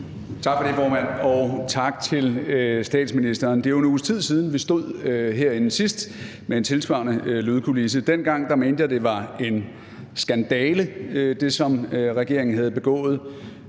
Tak for det, formand, og tak til statsministeren. Det er jo en uges tid siden, vi stod herinde sidst med en tilsvarende lydkulisse. Dengang mente jeg, at det, som regeringen havde begået,